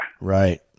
Right